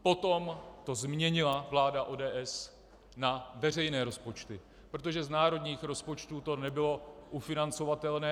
Potom to změnila vláda ODS na veřejné rozpočty, protože z národních rozpočtů to nebylo ufinancovatelné.